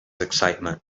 excitement